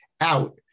out